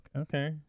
okay